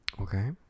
Okay